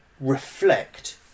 reflect